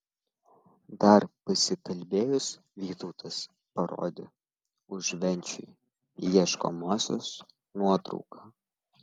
dar pasikalbėjus vytautas parodė užvenčiui ieškomosios nuotrauką